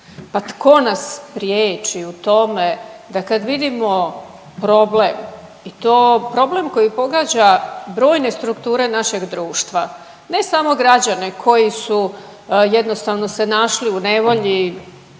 Pa tko nas priječi u tome da kad vidimo problem i to problem koji pogađa brojne strukture našeg društva, ne samo građane koji su jednostavno se našli u nevolji,